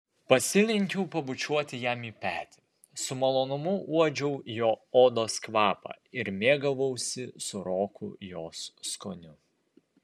pasilenkiau pabučiuoti jam į petį su malonumu uodžiau jo odos kvapą ir mėgavausi sūroku jos skoniu